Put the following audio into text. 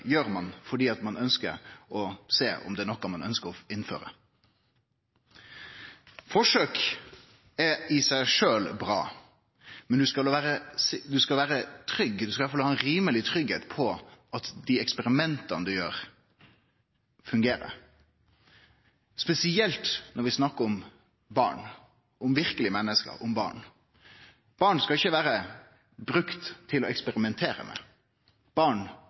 gjer ein fordi ein ønskjer å sjå om det er noko ein ønskjer å innføre. Forsøk er i seg sjølv bra, men ein skal vere rimeleg trygg på at dei eksperimenta ein gjer, fungerer – spesielt når vi snakkar om barn, om verkelege menneske. Barn skal ikkje bli brukte til å eksperimentere med. Barn